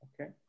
Okay